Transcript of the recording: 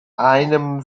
einem